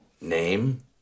Name